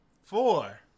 Four